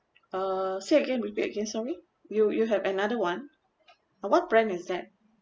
uh say again repeat again sorry you you have another one ah what brand is that